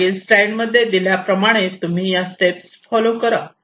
मागील स्लाईड मध्ये दिल्या प्रमाणे तुम्ही या स्टेप्स फॉलो करा